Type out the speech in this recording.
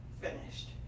finished